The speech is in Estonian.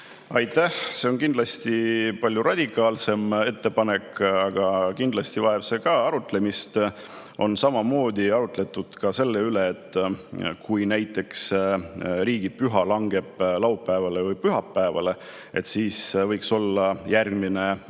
Aitäh! See on palju radikaalsem ettepanek, aga kindlasti vajab see ka arutlemist. Samamoodi on arutletud selle üle, et kui näiteks riigipüha langeb laupäevale või pühapäevale, siis võiks olla järgmine